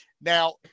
Now